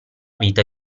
vita